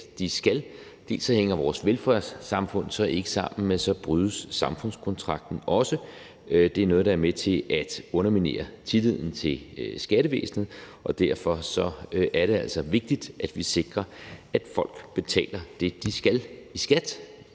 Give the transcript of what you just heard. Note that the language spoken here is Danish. den skat, de skal, hænger vores velfærdssamfund ikke sammen, og så brydes samfundskontrakten også. Det er noget, der er med til at underminere tilliden til skattevæsenet, og derfor er det altså vigtigt, at vi sikrer, at folk betaler det, de skal, i skat